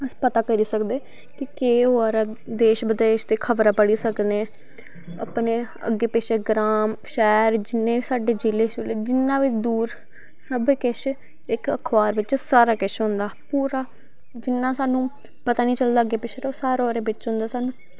अस पता करी सकदे कि केह् होआ दा देश बिदेश दी खबरां पढ़ी सकने अपने अग्गे पिच्छे ग्रांऽ शैह्र जिन्ने बी साढ़े जिले शुले जिन्ना बी दूर सब किश इक अखबार बिच्च सब किश होंदा पूरा जिन्ना स्हानू पता नी चलदा अग्गे पिच्छे दा ओह् सारा ओह्दे बिच्च होंदा स्हानू